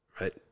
right